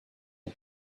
had